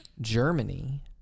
Germany